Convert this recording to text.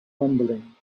rumbling